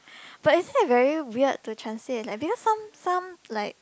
but is it very weird to translate leh because some some like